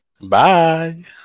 Bye